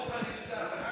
ברוך הנמצא.